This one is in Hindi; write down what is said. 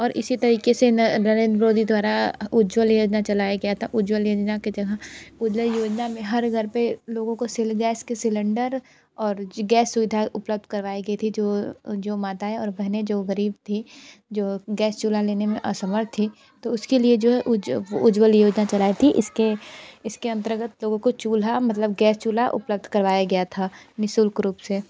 और इसी तरीक़े से नरेंद्र मोदी द्वारा उज्जवल योजना चलाया गया था उज्जवल योजना के जहाँ उज्ज्वल योजना में हर घर पर लोगों को सिल गैस के सिलेंडर और गैस सुविधा उपलब्ध करवाई गई थी जो जो माताएं और बहनें जो ग़रीब थी जो गैस चुल्हा लेने में असमर्थ थी तो उसके लिए जो है उज्जवल योजना चलाई थी इसके इसके अंतर्गत लोगों को चूल्हा मतलब गैस चूल्हा उपलब्ध करवाया गया था निशुल्क रूप से